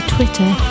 Twitter